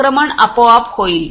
संक्रमण आपोआप होईल